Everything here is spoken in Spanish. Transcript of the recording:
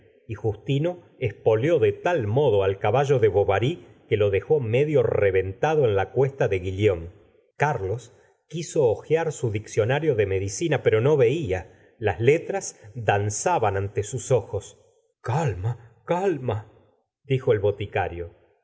y justiuo espoleó de tal modo al caballo de bovary que lo dejó medio reventado en la cuesta de guillaume carlos quiso bojear su diccionario de medicina pero no veia las letras danzaban ante sus ojos calmal calmal dijo el boticario se